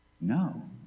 No